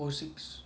oh six